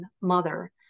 mother